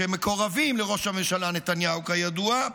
שמקורבים לראש הממשלה נתניהו, כידוע,